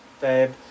babe